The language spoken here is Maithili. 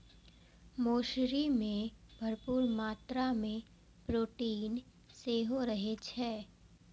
मौसरी मे भरपूर मात्रा मे प्रोटीन सेहो रहै छै